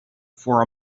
for